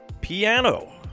Piano